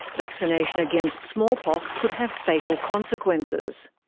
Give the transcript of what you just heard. vaccination against smallpox could have fatal consequences.